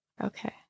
Okay